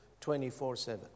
24-7